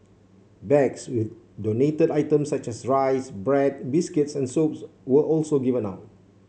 bags with donated items such as rice bread biscuits and soaps were also given out